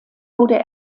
wurde